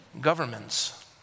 governments